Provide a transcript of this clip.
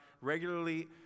regularly